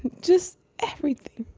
just everything